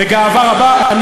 בגאווה רבה?